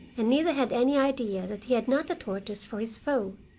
and neither had any idea that he had not the tortoise for his foe.